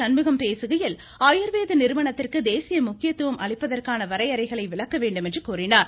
சண்முகம் பேசுகையில் ஆயுர்வேத நிறுவனத்திற்கு தேசிய முக்கியத்துவம் அளிப்பதற்கான வரையறைகளை விளக்க வேண்டும் என்று கூறினார்